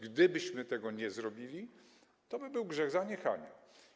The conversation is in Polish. Gdybyśmy tego nie zrobili, to byłby to grzech zaniechania.